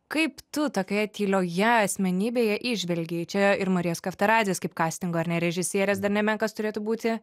kaip tu tokioje tylioje asmenybėje įžvelgei čia ir marijos kaftaradzės kaip kastingo ar ne ir režisierės dar nemenkas turėtų būti